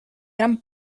gran